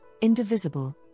indivisible